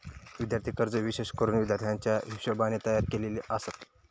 विद्यार्थी कर्जे विशेष करून विद्यार्थ्याच्या हिशोबाने तयार केलेली आसत